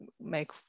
make